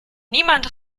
niemand